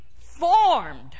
formed